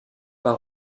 pas